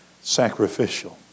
sacrificial